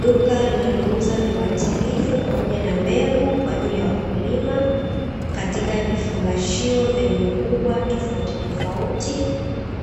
Duka linalouza viuatilifu pamoja na mbegu kwa ajili ya wakulima, katika vifungashio vyenye ukubwa tofautitofauti,